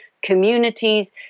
communities